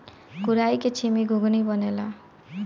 कराई के छीमी के घुघनी बनेला